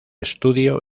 estudio